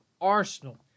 arsenal